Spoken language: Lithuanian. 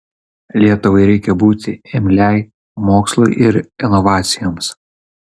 lietuvai reikia būti imliai mokslui ir inovacijoms